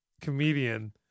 comedian